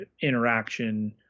interaction